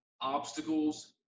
Obstacles